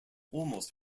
almost